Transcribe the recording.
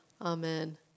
Amen